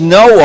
no